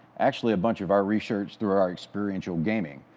actually, a bunch of our research through our experiential gaming.